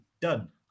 done